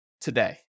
today